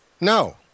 No